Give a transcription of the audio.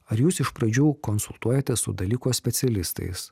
ar jūs iš pradžių konsultuojatės su dalyko specialistais